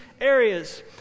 areas